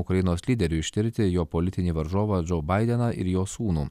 ukrainos lyderiui ištirti jo politinį varžovą džo baideną ir jo sūnų